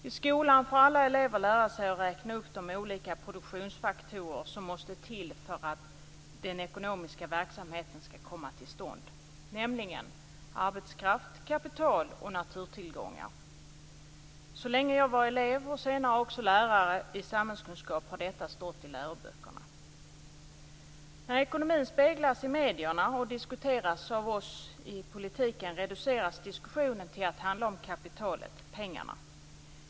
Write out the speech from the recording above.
I skolan får alla elever lära sig att räkna upp de olika produktionsfaktorer som måste till för att den ekonomiska verksamheten skall komma till stånd, nämligen arbetskraft, kapital och naturtillgångar. Så länge jag var elev och senare också lärare i samhällskunskap har detta stått i läroböckerna. När ekonomin speglas i medierna och diskuteras av oss i politiken reduceras diskussionen till att handla om kapitalet, pengarna.